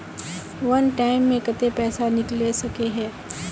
वन time मैं केते पैसा निकले सके है?